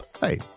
Hey